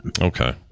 Okay